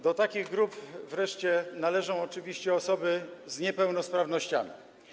Do takich grup wreszcie należą oczywiście osoby z niepełnosprawnościami.